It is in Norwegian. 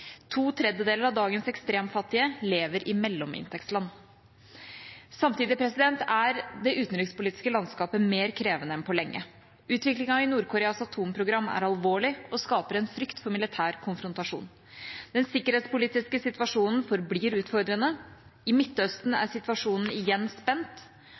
To tredjedeler av dagens ekstremfattige lever i mellominntektsland. Samtidig er det utenrikspolitiske landskapet mer krevende enn på lenge. Utviklingen i Nord-Koreas atomprogram er alvorlig og skaper en frykt for militær konfrontasjon. Den sikkerhetspolitiske situasjonen forblir utfordrende. I Midtøsten er situasjonen igjen spent,